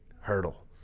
hurdle